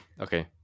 Okay